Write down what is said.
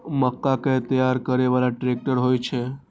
मक्का कै तैयार करै बाला ट्रेक्टर होय छै?